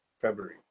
February